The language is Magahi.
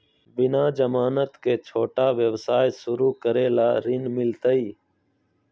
बिना जमानत के, छोटा व्यवसाय शुरू करे ला ऋण मिलतई?